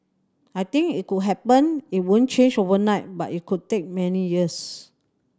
I think it could happen it won't change overnight but it could take many years